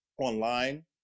online